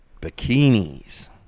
bikinis